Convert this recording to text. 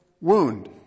wound